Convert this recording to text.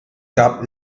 gab